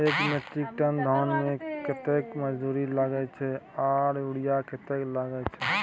एक metric ton धान में कतेक मजदूरी लागे छै आर यूरिया कतेक लागे छै?